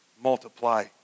Multiply